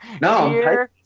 No